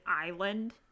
island